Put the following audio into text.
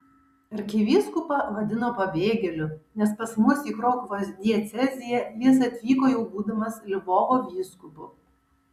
arkivyskupą vadino pabėgėliu nes pas mus į krokuvos dieceziją jis atvyko jau būdamas lvovo vyskupu